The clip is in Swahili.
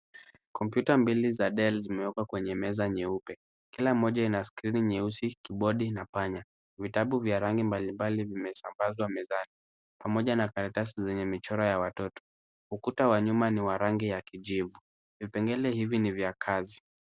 Kompyuta mbili za Dell zimewekwa kwenye meza nyeupe. Kila moja ina skrini nyeusi, kibodi na panya. Vitabu vya rangi mbali mbali zimesambazwa mezani pamoja na karatasi zenye michoro ya watoto. Ukuta wa nyuma ni wa rangi ya kijivu. Vipengele hivi ni vya kazi.